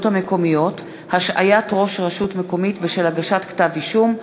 המקומיות (השעיית ראש רשות מקומית בשל הגשת כתב אישום),